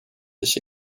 this